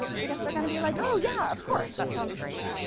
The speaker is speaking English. because they're going to be like, oh, yeah of course. that sounds great.